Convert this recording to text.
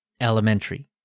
elementary